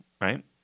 right